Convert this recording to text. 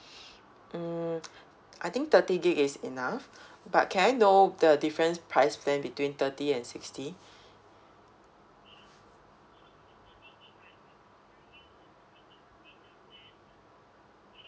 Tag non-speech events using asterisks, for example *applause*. *breath* hmm *noise* I think thirty gigabyte is enough but can I know the difference price plan between thirty and sixty